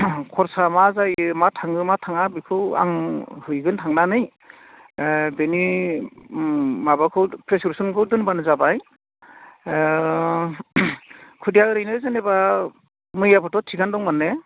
खरसा मा जायो मा थाङो मा थाङाखौ बेखौ आं हैगोन थांनानै बेनि माबाखौ प्रिसक्रिपसनखौ दोनब्लानो जाबाय खुदिया ओरैनो जेनेबा मैयाबोथ' थिगानो दंमोन ने